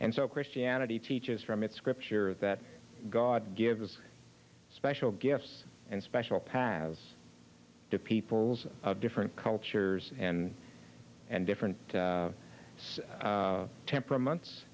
and so christianity teaches from its scripture that god gives special gifts and special paths to peoples of different cultures and and different size temperaments